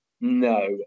No